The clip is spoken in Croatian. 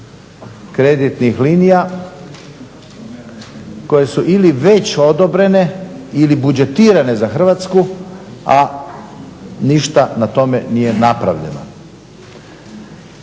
kreditnih linija koje su ili već odobrene ili budžetirane za Hrvatsku, a ništa na tome nije napravljeno.